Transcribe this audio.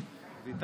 כי